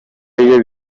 iyo